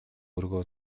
өргөө